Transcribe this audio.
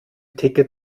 ticket